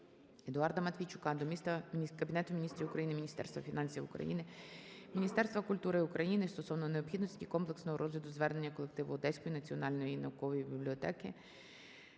Едуарда Матвійчука до Кабінету Міністрів України, Міністерства фінансів України, Міністерства культури України стосовно необхідності комплексного розгляду звернення колективу Одеської національної наукової бібліотеки